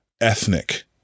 ethnic